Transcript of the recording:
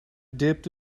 dipped